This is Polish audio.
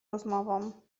rozmową